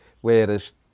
whereas